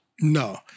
No